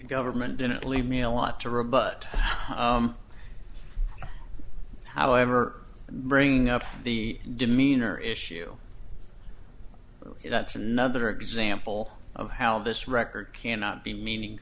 government didn't leave me a lot to rebut however in bringing up the demeanor issue that's another example of how this record cannot be meaning